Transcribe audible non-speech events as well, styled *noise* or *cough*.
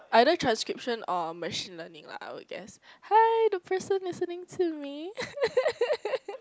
either transcription or machine learning lah I would guess hi the person listening to me *laughs*